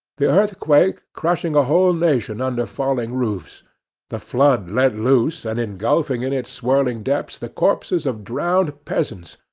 the earthquake crushing a whole nation under falling roofs the flood let loose, and engulfing in its swirling depths the corpses of drowned peasants,